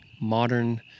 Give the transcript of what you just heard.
modern